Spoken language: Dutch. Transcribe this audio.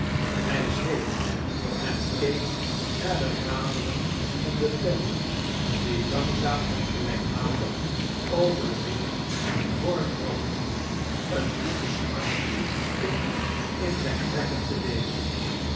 hij zweeg en keek naar de raderen van den tender die langzaam en gelijkmatig over de rails voortrolden een diepe smart stond in zijn trekken te lezen